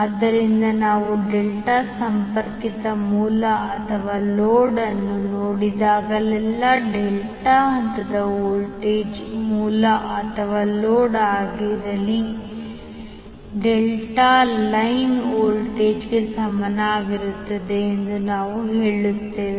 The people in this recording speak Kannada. ಆದ್ದರಿಂದ ನಾವು ಡೆಲ್ಟಾ ಸಂಪರ್ಕಿತ ಮೂಲ ಅಥವಾ ಲೋಡ್ ಅನ್ನು ನೋಡಿದಾಗಲೆಲ್ಲಾ ಡೆಲ್ಟಾದ ಹಂತದ ವೋಲ್ಟೇಜ್ ಮೂಲ ಅಥವಾ ಲೋಡ್ ಆಗಿರಲಿ ಡೆಲ್ಟಾದ ಲೈನ್ ವೋಲ್ಟೇಜ್ಗೆ ಸಮಾನವಾಗಿರುತ್ತದೆ ಎಂದು ನಾವು ಹೇಳುತ್ತೇವೆ